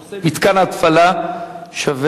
בנושא: מתקן ההתפלה שבי-ציון.